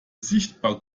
sichtbar